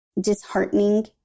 disheartening